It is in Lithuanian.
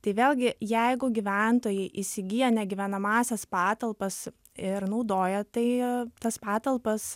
tai vėlgi jeigu gyventojai įsigyja negyvenamąsias patalpas ir naudoja tai tas patalpas